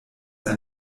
ein